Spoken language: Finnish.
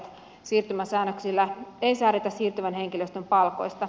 siirtymäsäännöksillä ei säädetä siirtyvän henkilöstön palkoista